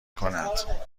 کند